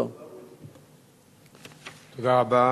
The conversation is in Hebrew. לא, לא, זה ברור.